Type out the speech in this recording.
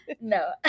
No